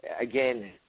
again